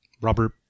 Robert